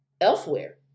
elsewhere